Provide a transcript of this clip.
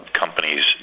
companies